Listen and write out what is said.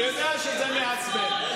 אני יודע שזה מעצבן,